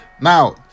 Now